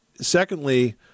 secondly